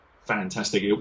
fantastic